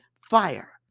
fire